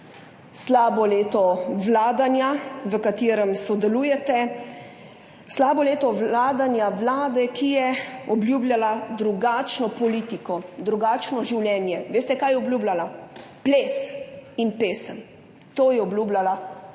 slabo leto vladanja, v katerem sodelujete. Slabo leto vladanja Vlade, ki je obljubljala drugačno politiko, drugačno življenje. Veste, kaj je obljubljala? Ples in pesem. To je obljubljala.